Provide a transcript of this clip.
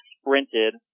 sprinted